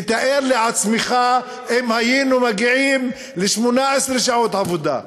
תתאר לעצמך אם היינו מגיעים ל-18 שעות עבודה.